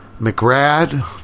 McRad